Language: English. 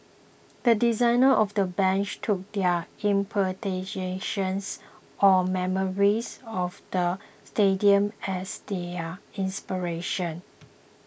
the designers of the bench took their interpretations or memories of the stadium as their inspiration